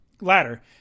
ladder